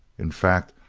in fact,